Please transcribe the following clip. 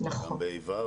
בכיתות ה'-ו'